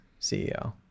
ceo